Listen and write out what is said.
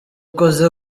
ukoze